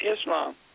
Islam